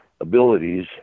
abilities